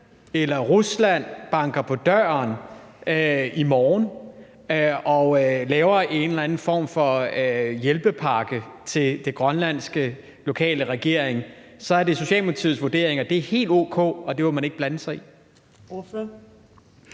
eller Rusland banker på døren i morgen og laver en eller anden form for hjælpepakke til den grønlandske lokale regering. Er det så Socialdemokratiets vurdering, at det er helt o.k., og det vil man ikke blande sig i?